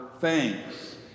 thanks